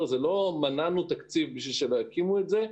זה לא שמנענו תקציב כדי שלא יקימו את זה.